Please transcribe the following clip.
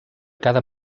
cada